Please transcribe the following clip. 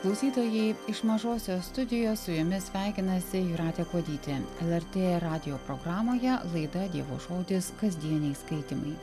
klausytojai iš mažosios studijos su jumis sveikinasi jūratė kuodytė lrt radijo programoje laida dievo žodis kasdieniai skaitymai